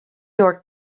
york